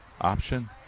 option